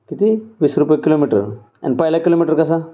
किती वीस रुपये किलोमीटर आणि पहिल्या किलोमीटर कसा